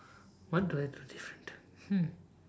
what do I do different hmm